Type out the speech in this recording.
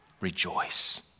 rejoice